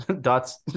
Dot's